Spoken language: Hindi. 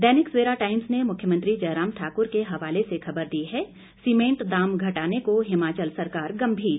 दैनिक सवेरा टाइम्स ने मुख्यमंत्री जयराम ठाक्र के हवाले से खबर दी है सीमेंट दाम घटाने को हिमाचल सरकार गंभीर